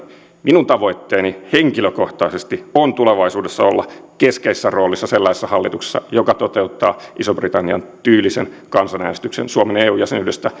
minun tavoitteeni henkilökohtaisesti on tulevaisuudessa olla keskeisessä roolissa sellaisessa hallituksessa joka toteuttaa ison britannian tyylisen kansanäänestyksen suomen eu jäsenyydestä